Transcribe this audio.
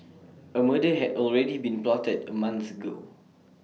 A murder had already been plotted A month ago